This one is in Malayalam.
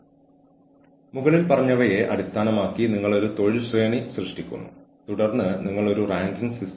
അതിനാൽ സൂപ്പർവൈസർമാരും അവരുടെ സൂപ്പർവൈസറും തങ്ങളെ നന്നായി പരിപാലിക്കുന്നുണ്ടെന്ന് ജീവനക്കാർക്ക് തോന്നുന്നു